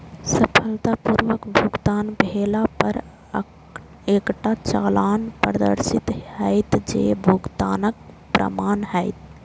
सफलतापूर्वक भुगतान भेला पर एकटा चालान प्रदर्शित हैत, जे भुगतानक प्रमाण हैत